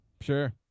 Sure